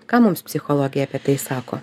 ką mums psichologija apie tai sako